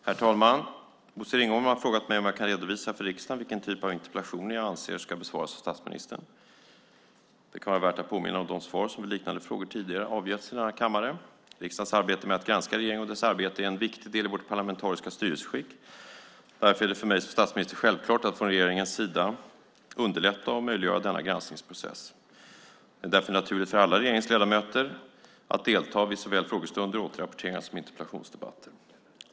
Herr talman! Bosse Ringholm har frågat mig om jag kan redovisa för riksdagen vilken typ av interpellationer jag anser ska besvaras av statsministern. Det kan vara värt att påminna om de svar som vid liknande frågor tidigare avgetts i denna kammare. Riksdagens arbete med att granska regeringen och dess arbete är en viktig del i vårt parlamentariska styrelseskick. Därför är det för mig som statsminister självklart att från regeringens sida underlätta och möjliggöra denna granskningsprocess. Det är därför naturligt för alla regeringens ledamöter att delta vid såväl frågestunder och återrapporteringar som interpellationsdebatter.